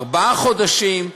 ארבעה חודשים.